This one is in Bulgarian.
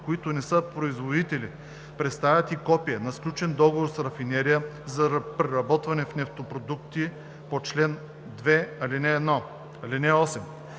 които не са производители представят и копие на сключен договор с рафинерия за преработване в нефтопродукти по чл. 2, ал. 1. (8)